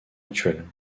actuel